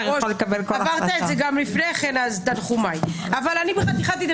חברת הכנסת שלי